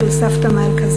של סבתא מלכה,